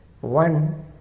one